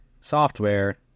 software